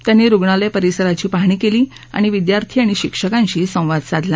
त्यांनी रुग्णालय परिसराची पाहणी क्ली आणि विद्यार्थी आणि शिक्षकांशी संवाद साधला